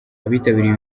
abitabiriye